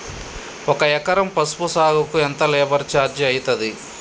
ఒక ఎకరం పసుపు సాగుకు ఎంత లేబర్ ఛార్జ్ అయితది?